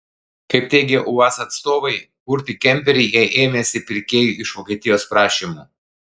kaip teigia uaz atstovai kurti kemperį jie ėmėsi pirkėjų iš vokietijos prašymu